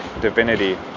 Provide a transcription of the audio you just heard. divinity